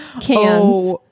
cans